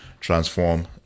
transform